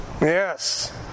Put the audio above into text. Yes